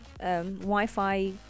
Wi-Fi